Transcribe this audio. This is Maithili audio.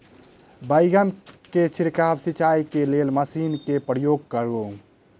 बैंगन केँ छिड़काव सिचाई केँ लेल केँ मशीन केँ प्रयोग करू?